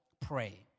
pray